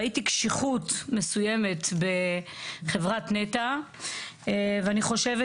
ראיתי קשיחות מסוימת בחברת נת"ע ואני חושבת